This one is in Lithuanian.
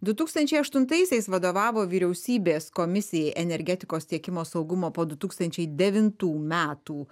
du tūkstančiai aštuntaisiais vadovavo vyriausybės komisijai energetikos tiekimo saugumo po du tūkstančiai devintų metų